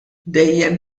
dejjem